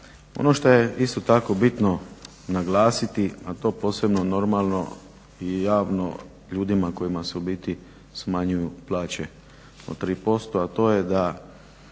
Ono što je isto tako bitno naglasiti, a to posebno normalno i javno ljudima kojima se u biti smanjuju plaće od 3% a to je da